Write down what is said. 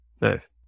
Nice